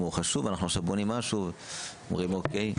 אנחנו בונים עכשיו משהו ואומרים, אוקיי.